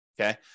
okay